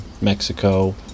mexico